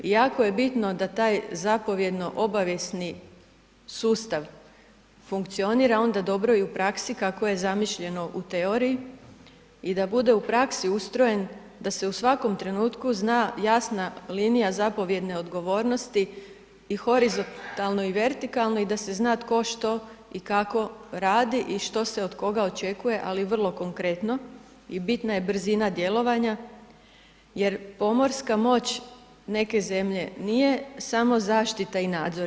I jako je bitno da taj zapovjedno obavijesni sustav funkcionira onda dobro i u praksi kako je zamišljeno u teoriji i da bude u praksi ustrojen da se u svakom trenutku zna jasna linija zapovjedne odgovornosti i horizontalno i vertikalno i da se zna tko što i kako radi i što se od koga očekuje, ali vrlo konkretno i bitna je brzina djelovanja, jer pomorska moć neke zemlje nije samo zaštita i nadzor.